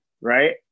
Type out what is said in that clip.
right